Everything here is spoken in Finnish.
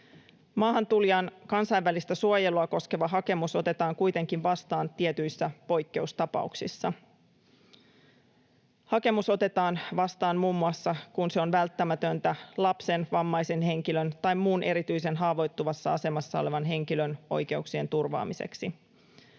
Maahantulijan kansainvälistä suojelua koskeva hakemus otetaan kuitenkin vastaan tietyissä poikkeustapauksissa. Hakemus otetaan vastaan muun muassa, kun se on välttämätöntä lapsen, vammaisen henkilön tai muun erityisen haavoittuvassa asemassa olevan henkilön oikeuksien turvaamiseksi.